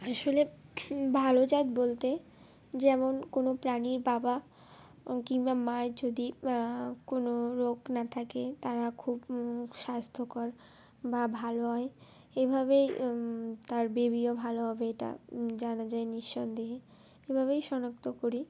আসলে ভালো জাত বলতে যেমন কোনো প্রাণীর বাবা কিংবা মায়ের যদি কোনো রোগ না থাকে তারা খুব স্বাস্থ্যকর বা ভালো হয় এভাবেই তার বেবিও ভালো হবে এটা জানা যায় নিঃসন্দেহে এভাবেই শনাক্ত করি